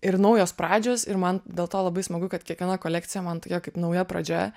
ir naujos pradžios ir man dėl to labai smagu kad kiekviena kolekcija man tokia kaip nauja pradžia